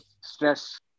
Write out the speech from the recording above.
stress